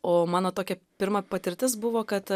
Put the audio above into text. o mano tokia pirma patirtis buvo kad